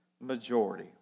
majority